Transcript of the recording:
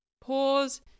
pause